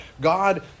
God